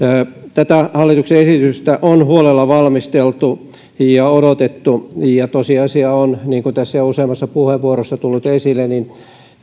tätä hallituksen esitystä on huolella valmisteltu ja odotettu tosiasia on niin kuin tässä jo useammassa puheenvuorossa on tullut esille että